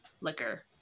liquor